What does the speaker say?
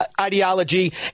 ideology